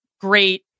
great